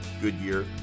Goodyear